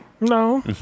No